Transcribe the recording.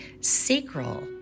sacral